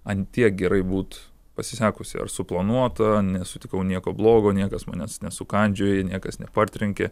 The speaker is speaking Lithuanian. ant tiek gerai būt pasisekusi ar suplanuota nesutikau nieko blogo niekas manęs nesukandžiojo niekas nepartrenkė